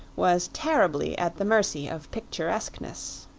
was terribly at the mercy of picturesqueness.